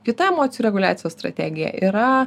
kita emocijų reguliacijos strategija yra